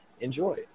enjoy